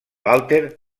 walter